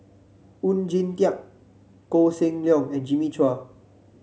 Oon Jin Teik Koh Seng Leong and Jimmy Chua